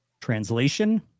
translation